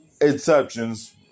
Exceptions